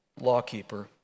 lawkeeper